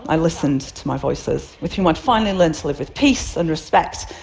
i listened to my voices, with whom i'd finally learned to live with peace and respect,